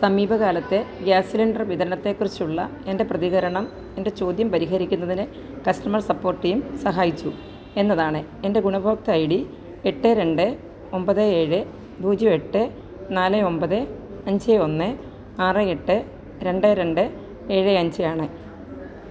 സമീപകാലത്തെ gas cylinder വിതരണത്തെക്കുറിച്ചുള്ള എൻ്റെ പ്രതികരണം എൻ്റെ ചോദ്യം പരിഹരിക്കുന്നതിനു കസ്റ്റമർ സപ്പോർട്ട് ടീം സഹായിച്ചു എന്നതാണ് എൻ്റെ ഉപഭോക്തൃ ഐ ഡി എട്ട് രണ്ട് ഒൻപത് ഏഴ് പൂജ്യം എട്ട് നാല് ഒൻപത് അഞ്ച് ഒന്ന് ആറ് എട്ട് രണ്ട് രണ്ട് ഏഴ് അഞ്ച് ആണ്